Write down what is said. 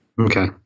Okay